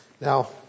Now